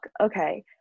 okay